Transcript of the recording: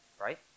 right